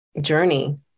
journey